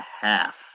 half